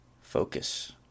focus